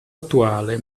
attuale